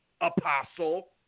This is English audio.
apostle